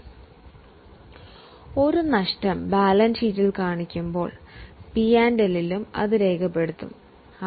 ഒരു നഷ്ടം കണക്കാക്കുമ്പോൾ അത് പ്രോഫിറ്റ് ആൻഡ് ലോസ്സ് സ്റ്റേറ്റുമെന്റിലും ബാലൻസ് ഷീറ്റിലും സ്വയമേവ രേഖപ്പെടുത്തുന്നതാണ്